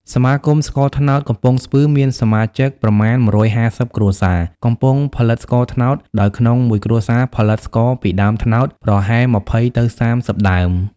សមាគមស្ករត្នោតកំពង់ស្ពឺ មានសមាជិកប្រមាណ១៥០ គ្រួសារ កំពុងផលិតស្ករត្នោត ដោយក្នុងមួយគ្រួសារផលិតស្ករ ពីដើមត្នោតប្រហែល២០ទៅ៣០ដើម។